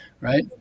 right